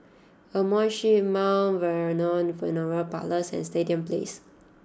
Amoy Street Mount Vernon Funeral Parlours and Stadium Place